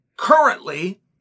currently